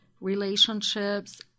relationships